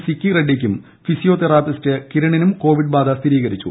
സിക്കി റെഡ്ഡിക്കും physiotherapist കിരണിനും Covid ബാധ സ്ഥിരീകരിച്ചു